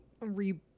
re